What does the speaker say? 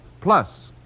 plus